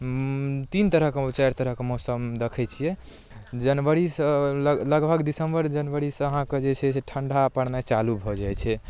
तीन तरह कऽ चारि तरह कऽ मौसम देखैत छियै जनवरीसँ लग लगभग दिसंबर जनवरीसँ अहाँके जे छै से ठण्डा पड़नाइ चालु भऽ जाइत छै